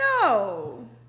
No